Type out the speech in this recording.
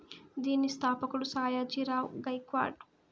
దీని స్థాపకుడు సాయాజీ రావ్ గైక్వాడ్